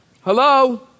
Hello